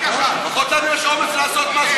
עם כל הכבוד לך, זהבה.